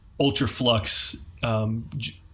ultraflux